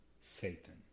Satan